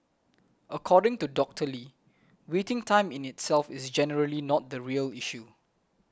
according to Doctor Lee waiting time in itself is generally not the real issue